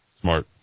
Smart